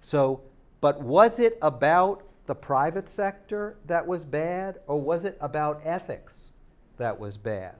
so but was it about the private sector that was bad or was it about ethics that was bad